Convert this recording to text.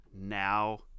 now